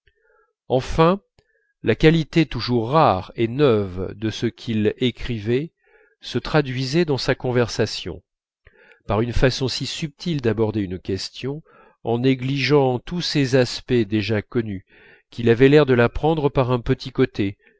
enfin la qualité toujours rare et neuve de ce qu'il écrivait se traduisait dans sa conversation par une façon si subtile d'aborder une question en négligeant tous ses aspects déjà connus qu'il avait l'air de la prendre par un petit côté